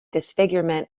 disfigurement